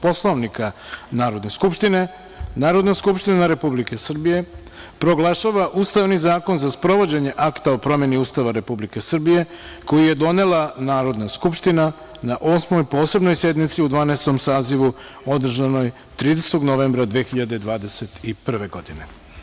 Poslovnika Narodne skupštine, Narodna skupština Republike Srbije proglašava Ustavni zakon za sprovođenje Akta o promeni Ustava Republike Srbije koji je donela Narodna skupština na Osmoj posebnoj sednici u Dvanaestom sazivu, održanoj 30. novembra 2021. godine.